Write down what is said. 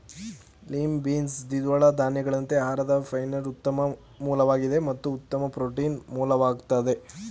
lima beans ದ್ವಿದಳ ಧಾನ್ಯಗಳಂತೆ ಆಹಾರದ ಫೈಬರ್ನ ಉತ್ತಮ ಮೂಲವಾಗಿದೆ ಮತ್ತು ಉತ್ತಮ ಪ್ರೋಟೀನ್ ಮೂಲವಾಗಯ್ತೆ